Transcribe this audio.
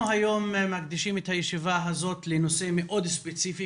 אנחנו היום מקדישים את הישיבה הזאת לנושא מאוד ספציפי,